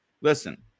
listen